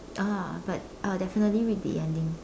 ah but I'll definitely read the ending